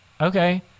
okay